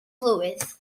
blwydd